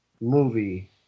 movie